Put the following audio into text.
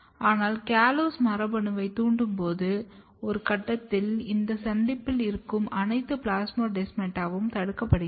ஆனால் CALLOSE மரபணுவைத் தூண்டும்போது ஒரு கட்டத்தில் இந்த சந்திப்பில் இருக்கும் அனைத்து பிளாஸ்மோடெஸ்மாட்டாவும் தடுக்கப்படுகிறது